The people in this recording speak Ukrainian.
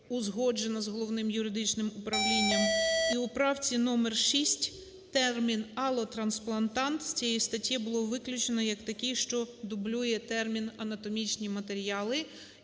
узгоджена з Головним юридичним управлінням. І у правці номер 6 термін "алотрансплантат" з цієї статті було виключено як такий, що дублює термін "анатомічні матеріали"